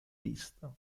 pista